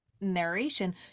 narration